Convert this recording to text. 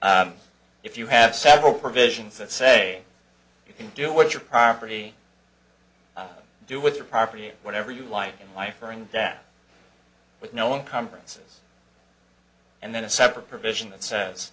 if you have several provisions that say you can do what your property to do with your property or whatever you like in life or in that with no one conferences and then a separate provision that says